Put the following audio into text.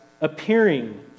appearing